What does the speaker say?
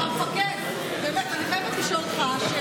המפקד, באמת אני חייבת לשאול אותך.